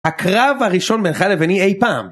הקרב הראשון בינך לביני אי פעם!